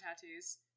tattoos